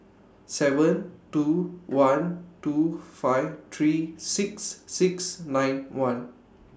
seven two one two five three six six nine one